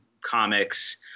comics